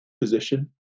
position